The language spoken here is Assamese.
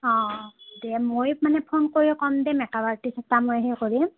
অঁ দে মই মানে ফোন কৰি ক'ম দে মেক আপ আৰ্টিষ্ট এটা মই সেই কৰিম